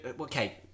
Okay